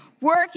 work